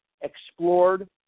explored